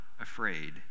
afraid